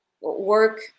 work